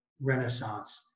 renaissance